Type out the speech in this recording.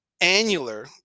annular